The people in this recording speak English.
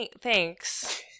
thanks